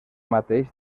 mateix